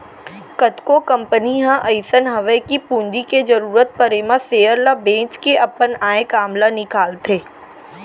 कतको कंपनी ह अइसन हवय कि पूंजी के जरूरत परे म सेयर ल बेंच के अपन आय काम ल निकालथे